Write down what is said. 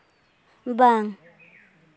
ᱵᱟᱝ